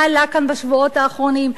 מה עלה כאן בשבועות האחרונים.